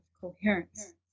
coherence